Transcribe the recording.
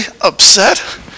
upset